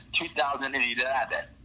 2011